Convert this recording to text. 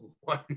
one